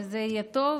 זה יהיה טוב,